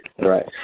Right